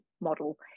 model